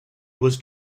was